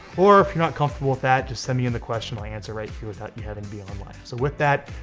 or if you're not comfortable with that just send me in the question and i'll answer right here without you having to be online. so with that,